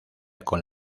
con